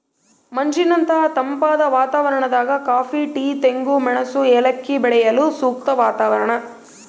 ಮಂಜಿನಂತಹ ತಂಪಾದ ವಾತಾವರಣದಾಗ ಕಾಫಿ ಟೀ ತೆಂಗು ಮೆಣಸು ಏಲಕ್ಕಿ ಬೆಳೆಯಲು ಸೂಕ್ತ ವಾತಾವರಣ